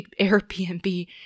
Airbnb